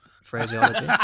phraseology